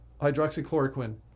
hydroxychloroquine